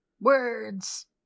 Words